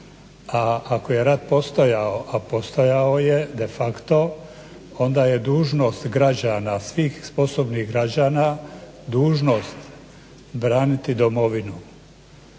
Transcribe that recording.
a ako je rat postojao, a postojao je de facto onda je dužnost građana, svih sposobnih građana dužnost braniti domovinu